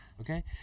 okay